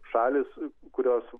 šalys kurios